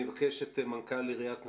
אני מבקש את מנכ"ל עיריית נצרת,